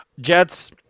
jets